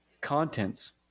contents